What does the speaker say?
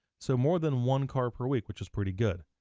so more than one car per week, which is pretty good.